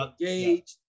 engaged